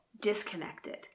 disconnected